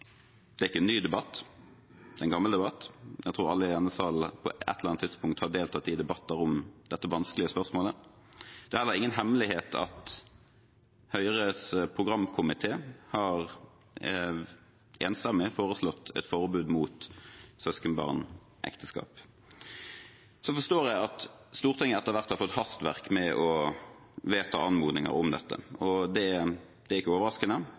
er ikke en ny debatt, det er en gammel debatt. Jeg tror alle i denne salen på et eller annet tidspunkt har deltatt i debatter om dette vanskelige spørsmålet. Det er heller ingen hemmelighet at Høyres programkomité enstemmig har foreslått et forbud mot søskenbarnekteskap. Så forstår jeg at Stortinget etterhvert har fått hastverk med å vedta anmodninger om dette. Det er ikke overraskende